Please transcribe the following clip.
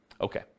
Okay